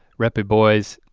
rapid boys,